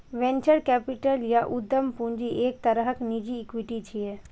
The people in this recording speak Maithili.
वेंचर कैपिटल या उद्यम पूंजी एक तरहक निजी इक्विटी छियै